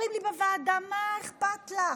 אומרים לי בוועדה: מה אכפת לך?